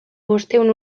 bostehun